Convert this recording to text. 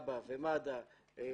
אני מכיר את המָטֶרְיָה היטב.